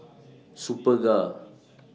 Superga